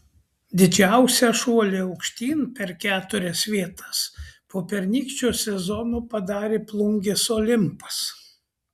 didžiausią šuolį aukštyn per keturias vietas po pernykščio sezono padarė plungės olimpas